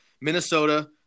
Minnesota